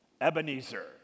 Ebenezer